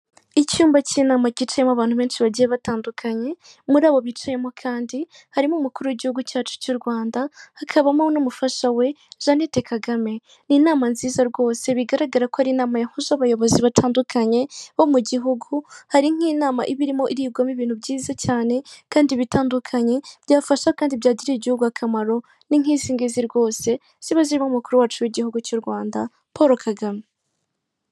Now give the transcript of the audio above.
Icyumba cy'inama kicayemo abantu benshi bagiye batandukanye, muri abo bicayemo kandi harimo umukuru w'igihugu cyacu cy'u Rwanda, hakabamo n'umufasha we Jeannette Kagame, n'inama nziza rwose bigaragara ko ari inama yahuje abayobozi batandukanye bo mu gihugu hari nk'inama iba irimo irigwamo ibintu byiza cyane kandi bitandukanye byafasha kandi byagirira igihugu cyacu akamaro, n'inkizingizi rwose ziba zirimo umukuru w'igihugu cy'u Rwanda Paul Kagame.